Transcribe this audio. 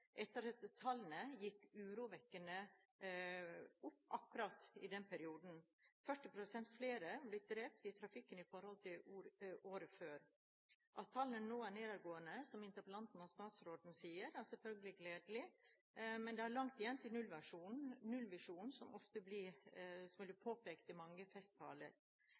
tallene gikk urovekkende opp i akkurat den perioden. 40 pst. flere ble drept i trafikken i forhold til året før. At tallene nå er nedadgående, som interpellanten og statsråden sier, er selvfølgelig gledelig, men det er langt igjen til nullvisjonen, som ofte blir påpekt i mange festtaler. Den 10-punktsplanen som Venstre la fram i